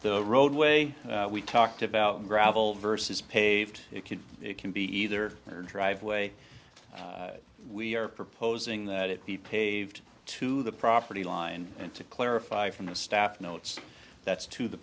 the roadway we talked about gravel versus paved it could it can be either driveway we are proposing that it be paved to the property line and to clarify from the staff notes that's to the